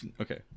okay